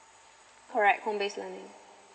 correct home based learning